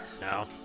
No